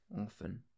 often